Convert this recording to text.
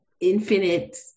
infinite